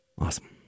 Awesome